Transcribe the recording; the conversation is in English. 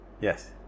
Yes